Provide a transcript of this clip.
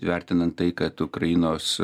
vertinant tai kad ukrainos